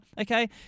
Okay